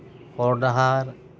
ᱦᱚᱨ ᱰᱟᱦᱟᱨ